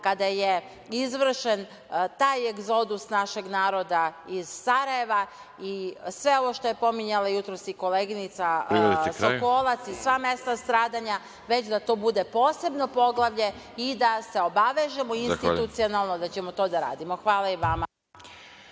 kada je izvršen taj egzodus našeg naroda iz Sarajeva i sve ovo što je pominjala jutros i koleginica Sokolac i sva mesta stradanja, već da to bude posebno poglavlje i da se obavežemo institucionalno da ćemo to da radimo. Hvala.